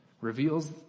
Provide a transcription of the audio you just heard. reveals